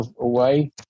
away